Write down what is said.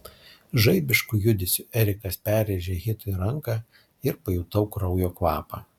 žaibišku judesiu erikas perrėžė hitui ranką ir pajutau kraujo kvapą